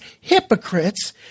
hypocrites